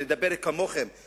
אני מדבר כמוכם,